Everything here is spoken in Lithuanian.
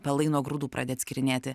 pelai nuo grūdų pradedi atskyrinėti